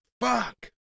fuck